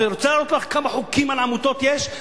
את רוצה שאראה לך כמה חוקים על עמותות יש?